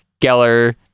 Geller